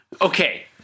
Okay